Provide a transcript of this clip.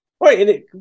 Wait